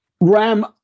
Ram